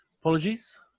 Apologies